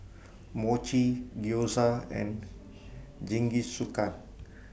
Mochi Gyoza and Jingisukan